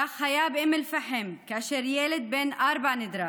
כך היה באום אל-פחם כאשר ילד בן ארבע נדרס,